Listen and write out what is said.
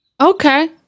Okay